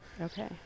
okay